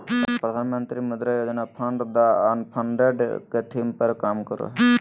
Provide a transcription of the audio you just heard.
प्रधानमंत्री Mudra Yojana fund the unfunded के theme पर काम करय हइ